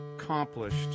Accomplished